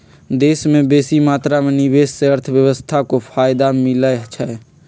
देश में बेशी मात्रा में निवेश से अर्थव्यवस्था को फयदा मिलइ छइ